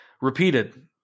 repeated